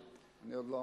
לבוא ולומר על,